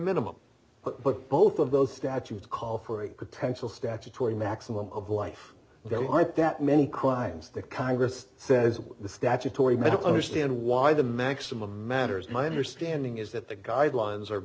minimum but both of those statutes call for a potential statutory maximum of life there aren't that many crimes that congress says the statutory medical understand why the maximum matters my understanding is that the guidelines are